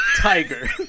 Tiger